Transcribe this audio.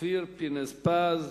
אופיר פינס-פז,